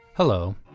Hello